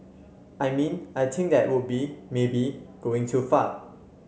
I mean I think that would be maybe going too far